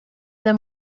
them